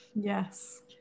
Yes